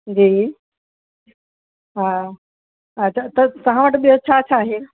जी हा अच्छा त तव्हां वटि ॿियो छा छा आहे